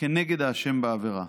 כנגד האשם בעבירה.